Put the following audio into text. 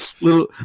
little